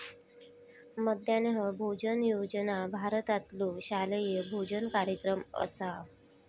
मध्यान्ह भोजन योजना भारतातलो शालेय भोजन कार्यक्रम असा